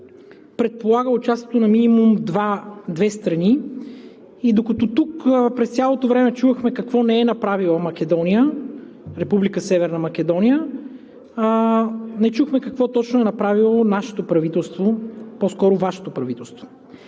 предполага участието на минимум две страни. И докато тук през цялото време чувахме какво не е направила Македония, Република Северна Македония, не чухме какво точно е направило нашето правителство, по-скоро Вашето правителство.